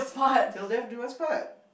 till death do us part